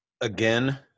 again